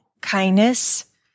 kindness